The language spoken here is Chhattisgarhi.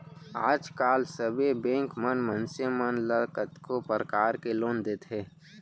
आज काल सबे बेंक मन मनसे मन ल कतको परकार के लोन देथे